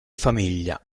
famiglia